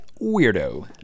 weirdo